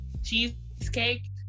Cheesecake